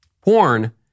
Porn